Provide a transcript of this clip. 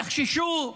יחששו,